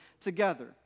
together